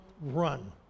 run